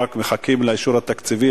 רק מחכים לאישור התקציבי,